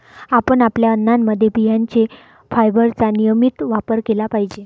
आपण आपल्या अन्नामध्ये बियांचे फायबरचा नियमित वापर केला पाहिजे